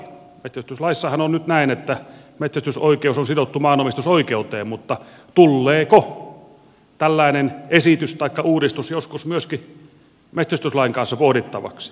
metsästyslaissahan on nyt näin että metsästysoikeus on sidottu maanomistusoikeuteen mutta tulleeko tällainen esitys taikka uudistus joskus myöskin metsästyslain kanssa pohdittavaksi